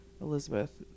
Elizabeth